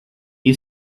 you